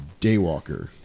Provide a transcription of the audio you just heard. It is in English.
daywalker